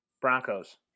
broncos